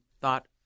thought